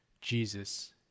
Jesus